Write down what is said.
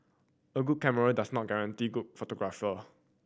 a good camera does not guarantee good photograph